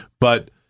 But-